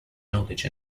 knowledge